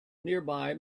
nearby